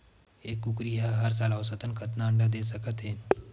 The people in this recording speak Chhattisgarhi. एक कुकरी हर साल औसतन कतेक अंडा दे सकत हे?